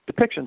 depictions